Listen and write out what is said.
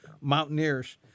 Mountaineers